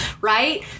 right